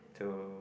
to